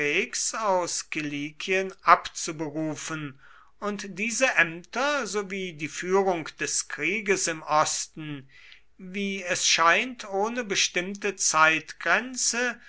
aus kilikien abzuberufen und diese ämter sowie die führung des krieges im osten wie es scheint ohne bestimmte